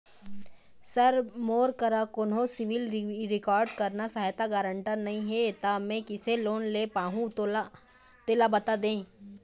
sir मोर करा कोन्हो सिविल रिकॉर्ड करना सहायता गारंटर नई हे ता मे किसे लोन ले पाहुं तेला बता दे